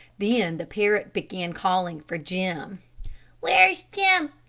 then the parrot began calling for jim where's jim,